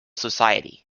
society